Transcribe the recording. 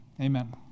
Amen